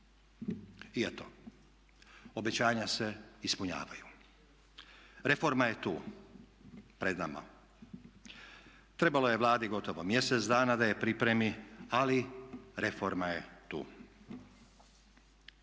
I eto, obećanja se ispunjavaju. Reforma je tu pred nama. Trebalo je Vladi gotovo mjesec dana da je pripremi ali reforma je tu.